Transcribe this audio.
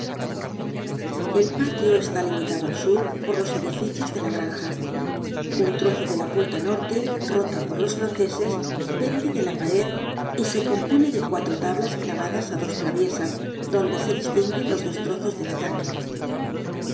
el patio está limitado al sur por los edificios de la granja un trozo de la puerta del norte rota por los franceses pende de la pared y se compone de cuatro tablas clavadas á dos traviesas donde se distinguen los destrozos del ataque